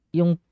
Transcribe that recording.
yung